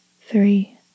Three